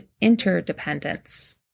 interdependence